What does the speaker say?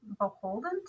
beholden